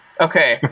Okay